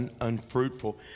unfruitful